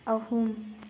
ꯑꯍꯨꯝ